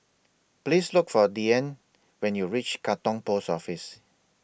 Please Look For Deanne when YOU REACH Katong Post Office